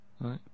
Right